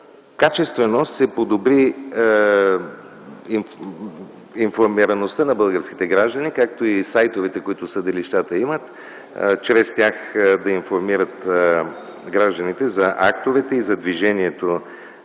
Качествено се подобри информираността на българските граждани, както и сайтовете, които съдилищата имат – чрез тях да информират гражданите за актовете и за движението